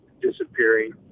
disappearing